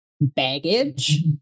baggage